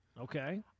Okay